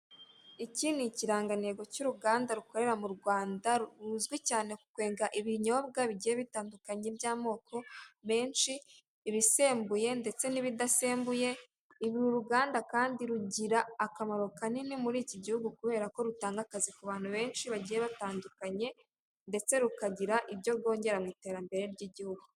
Iki ni ikirangantego cy'uruganda rukorera mu Rwanda, ruzwi cyane ku kwega ibinyobwa bigiye bitandukanye by'amoko menshi, ibisembuye ndetse n'ibidasembuye. Uru ruganda kandi rugira akamara kanini muri iki gihugu, kubera ko rutanga akazi ku bantu benshi bagiye batandukanye, ndetse rukagira ibyo rwongera mu iterambere ry'igihugu.